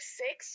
six